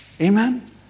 Amen